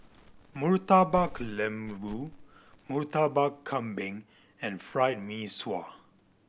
Murtabak Lembu Murtabak Kambing and Fried Mee Sua